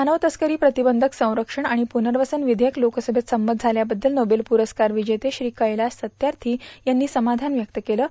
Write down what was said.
मानव तस्करी प्रतिबंधक संरक्षण आणि पुनर्वसन विषेयक लोकसभेत संमत झाल्यावद्दल नोवेल पुरस्कार विजेते कैलाश सत्यार्थी यांनी समाधान व्यक्त केलं आहे